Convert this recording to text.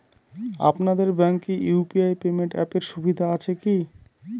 আপনাদের ব্যাঙ্কে UPI payment অ্যাপের সুবিধা আছে কি?